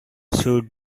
should